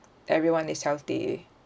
everyone is healthy